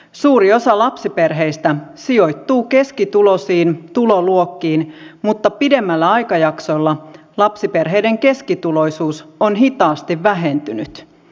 suuri osa lapsiperheistä sijoittuu keskituloisiin tuloluokkiin mutta pidemmällä aikajaksolla lapsiperheiden keskituloisuus on hitaasti vähentynyt